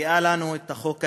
מביאה לנו את החוק הזה,